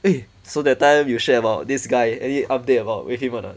eh so that time you share about this guy any update about him or not